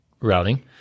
routing